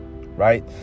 right